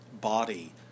body